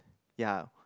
ya